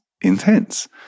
intense